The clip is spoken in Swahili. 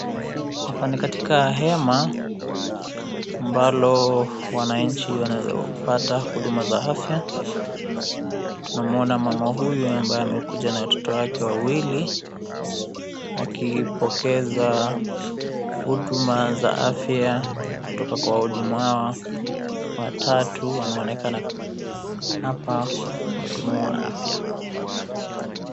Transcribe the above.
Hapa ni katika hema, ambalo wananchi wanaeza pata huduma za afya. Tunamwona mama huyu ambaye amekuja na watoto wake wawili, wakipokeza huduma za afya kutoka kwa wahudumu hawa watatu, wanaonekana hapa ahudumu wa afya.